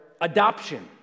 adoption